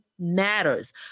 matters